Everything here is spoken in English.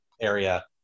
area